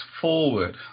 forward